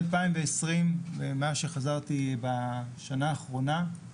מ-2020, מאז שחזרתי בשנה האחרונה,